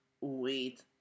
wait